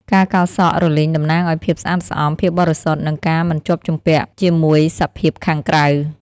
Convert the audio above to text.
ការកោរសក់រលីងតំណាងឲ្យភាពស្អាតស្អំ ភាពបរិសុទ្ធ និងការមិនជាប់ជំពាក់ជាមួយសភាពខាងក្រៅ។